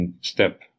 step